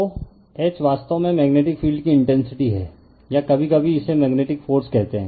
तो H वास्तव में मेग्नेटिक फील्ड की इंटेंसिटी है या कभी कभी इसे मेग्नेटिक फ़ोर्स कहते हैं